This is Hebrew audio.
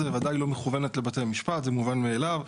היא לא מכוונת לבתי המשפט, זה מובן מאליו.